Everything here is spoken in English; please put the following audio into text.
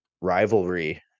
rivalry